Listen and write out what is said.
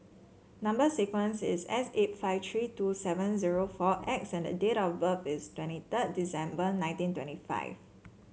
number sequence is S eight five three two seven zero four X and date of birth is twenty third December nineteen twenty five